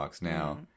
Now